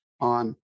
on